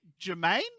Jermaine